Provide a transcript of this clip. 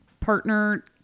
partner